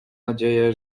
nadzieję